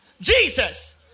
Jesus